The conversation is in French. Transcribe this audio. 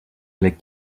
les